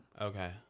Okay